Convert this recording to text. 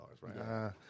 right